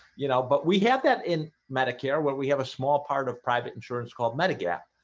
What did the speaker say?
you know but we have that in medicare where we have a small part of private insurance called medigap,